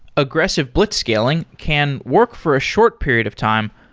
aggressive blitzscaling can work for a short period of time,